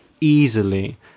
easily